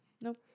Nope